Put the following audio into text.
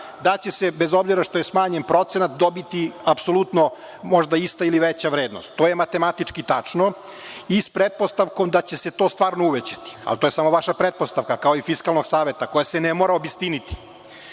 da će se, bez obzira što je smanjen procenat, dobiti apsolutno možda ista ili veća vrednost. To je matematički tačno i s pretpostavkom da će se to stvarno uvećati, ali to je samo vaša pretpostavka, kao i Fiskalnog saveta, koja se ne mora obistiniti. Ono